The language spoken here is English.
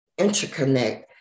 interconnect